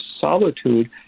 solitude